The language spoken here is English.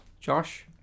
Josh